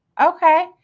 okay